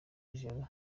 z’ijoro